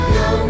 no